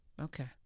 Okay